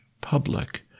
public